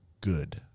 good